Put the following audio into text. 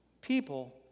people